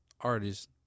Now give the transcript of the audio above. artists